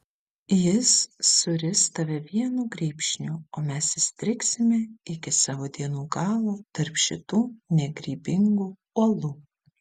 jis suris tave vienu grybšniu o mes įstrigsime iki savo dienų galo tarp šitų negrybingų uolų